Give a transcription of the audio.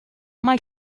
mae